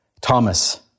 Thomas